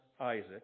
Isaac